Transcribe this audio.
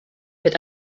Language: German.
mit